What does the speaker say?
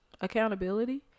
Accountability